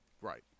Right